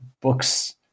books